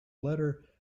letter